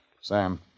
Sam